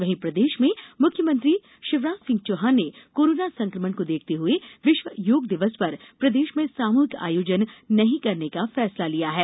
वहीं प्रदेष के मुख्यमंत्री शिवराज सिंह चौहान ने कोरोना संकमण को देखते हुए विश्व योग दिवस पर प्रदेष में सामूहिक आयोजन नहीं करने का फैसला लिया है